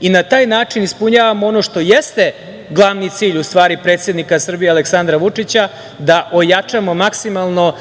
i na taj način ispunjavamo ono što jeste glavni cilj predsednika Srbije Aleksandra Vučića da ojačamo maksimalno